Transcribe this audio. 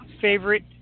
favorite